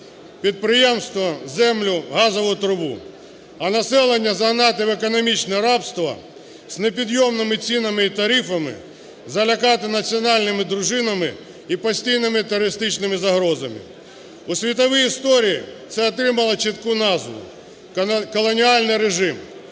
підприємства, землю, газову трубу, а населення загнати в економічне рабство з непідйомними цінами і тарифами, залякати національними дружинами і постійними терористичними загрозами. У світовій історії це отримало чітку назву "колоніальний режим".